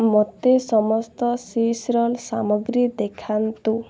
ମୋତେ ସମସ୍ତ Swiss roll ସାମଗ୍ରୀ ଦେଖାନ୍ତୁ